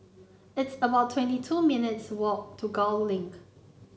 it's about twenty two minutes' walk to Gul Link